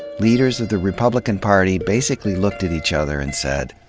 leaders of the republican party basically looked at each other and said,